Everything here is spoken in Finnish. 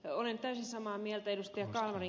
olen täysin samaa mieltä ed